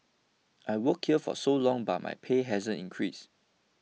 I've worked here for so long but my pay hasn't increased